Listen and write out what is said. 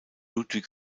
ludwig